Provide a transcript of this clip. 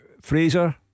Fraser